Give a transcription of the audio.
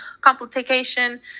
complication